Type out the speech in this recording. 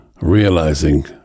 Realizing